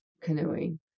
Canoeing